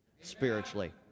spiritually